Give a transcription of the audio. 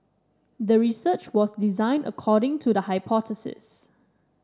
the research was designed according to the hypothesis